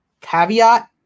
caveat